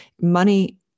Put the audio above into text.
money